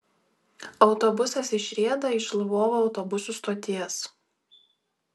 autobusas išrieda iš lvovo autobusų stoties